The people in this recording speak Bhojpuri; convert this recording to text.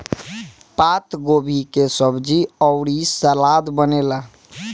पातगोभी के सब्जी अउरी सलाद बनेला